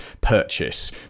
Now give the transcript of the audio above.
purchase